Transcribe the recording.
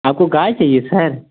आपको गाय चाहिए सर